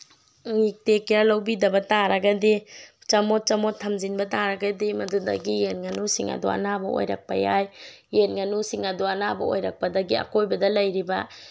ꯇꯦꯛ care ꯂꯧꯕꯤꯗꯕ ꯇꯥꯔꯒꯗꯤ ꯆꯃꯣꯠ ꯆꯃꯣꯠ ꯊꯝꯖꯤꯟꯅꯕ ꯇꯥꯔꯒꯗꯤ ꯃꯗꯨꯗꯒꯤ ꯌꯦꯟ ꯉꯥꯅꯨꯁꯤꯡ ꯑꯗꯨ ꯑꯅꯥꯕ ꯑꯣꯏꯔꯛꯄ ꯌꯥꯏ ꯌꯦꯟ ꯉꯥꯅꯨꯁꯤꯡ ꯑꯗꯨ ꯑꯅꯥꯕ ꯑꯣꯏꯔꯛꯄꯗꯒꯤ ꯑꯀꯣꯏꯕꯗ ꯂꯩꯔꯤꯕ